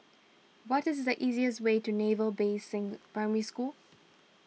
what is the easiest way to Naval Basing Primary School